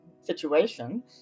situation